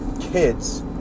kids